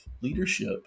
leadership